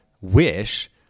wish